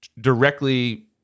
directly